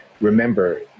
Remember